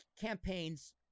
campaigns